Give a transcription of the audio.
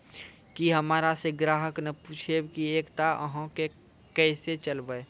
फिर हमारा से ग्राहक ने पुछेब की एकता अहाँ के केसे चलबै?